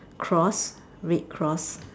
cross red cross